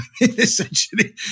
essentially